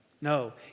No